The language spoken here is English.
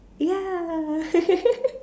ya